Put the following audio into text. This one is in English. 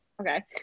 Okay